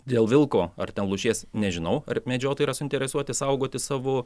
dėl vilko ar ten lūšies nežinau ar medžiotojai yra suinteresuoti saugoti savo